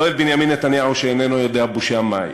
לא אל בנימין נתניהו, שאיננו יודע בושה מהי.